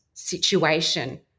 Situation